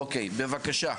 אוקיי, בבקשה.